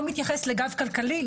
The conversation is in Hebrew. לא מתייחס לגב כלכלי,